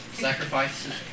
Sacrifices